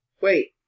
Wait